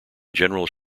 general